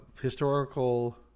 historical